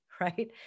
Right